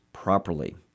properly